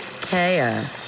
Kaya